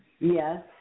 Yes